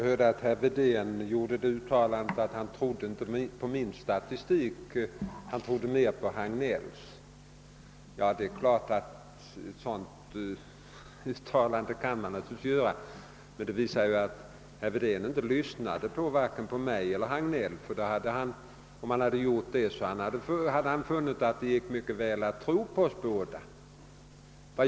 Herr talman! Herr Wedén sade att han inte trodde på min statistik, han trodde mer på herr Hagnells. Herr Wedén kan naturligtvis göra ett sådant uttalande men det visar att han inte lyssnade på vare sig mig eller herr Hagnell, ty hade han gjort det hade han funnit att det mycket väl går för sig att tro på oss båda.